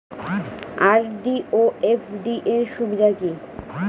RD ও FD র সুবিধা কি?